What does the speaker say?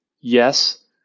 Yes